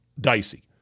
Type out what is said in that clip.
dicey